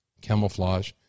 camouflage